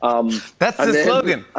um that's the slogan.